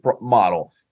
model